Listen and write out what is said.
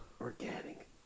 Organic